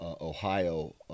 Ohio